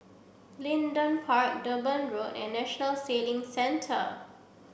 Leedon Park Durban Road and National Sailing Centre